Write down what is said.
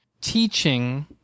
teaching